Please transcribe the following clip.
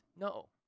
No